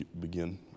begin